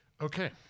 Okay